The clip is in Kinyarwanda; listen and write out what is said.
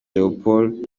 leopold